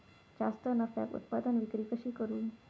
जास्त नफ्याक उत्पादन विक्री कशी करू?